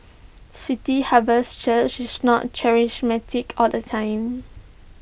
city harvest church is not charismatic all the time